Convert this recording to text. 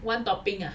one topping ah